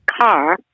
car